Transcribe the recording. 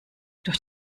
durch